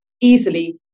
easily